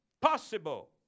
possible